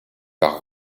par